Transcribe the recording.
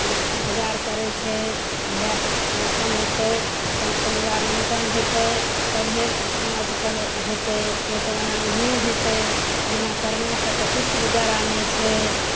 बाजार करै छै धिआपुता कमैतै तऽ परिबार मेन्टन हेतै तभे काज हेतै ने तऽ ओना नहिए हेतै बिना करने से तऽ किछु गुजारा नहि छै